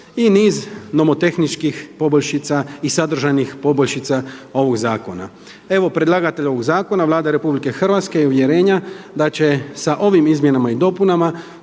i niz nomotehničkih poboljšica i sadržajnih poboljšica ovog zakona. Evo, predlagatelj ovog zakona, Vlada RH je uvjerenja da će sa ovim izmjenama i dopunama